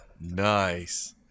Nice